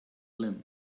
limb